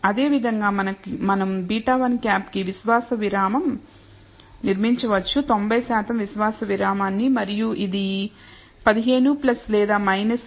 అదేవిధంగా మనం β̂1 కీ విశ్వాస విరామం నిర్మించవచ్చు 90 శాతం విశ్వాస విరామాన్ని మరియు ఇది 15 లేదా 0